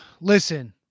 Listen